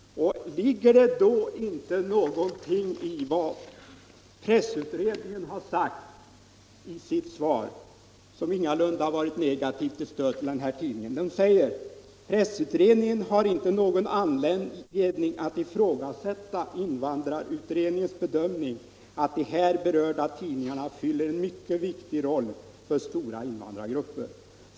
Och ligger det då inte någonting i vad pressutredningen har sagt i sitt svar, som ingalunda är negativt till stöd åt denna tidning? Pressutredningen skriver: ”Pressutredningen har inte någon anledning att ifrågasätta invandrarutredningens bedömning av att de här berörda tidningarna fyller en mycket viktig roll för stora invandrargrupper.